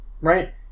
right